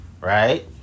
right